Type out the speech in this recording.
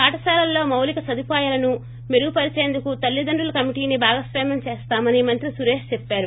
పారశాలల్లో మౌలిక సదుపాయాలను మెరుగుపరిచేందుకు తల్లిదండ్రుల కమిటీని భాగస్వామ్యం చేస్తామని మంత్రి సురేష్ చెప్పారు